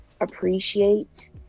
appreciate